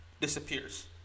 disappears